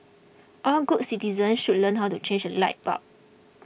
all good citizens should learn how to change a light bulb